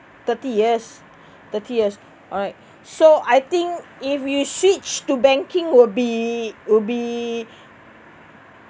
thirty years thirty years alright so I think if you switch to banking will be will be